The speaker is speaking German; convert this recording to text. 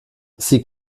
sie